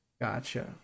Gotcha